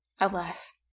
Alas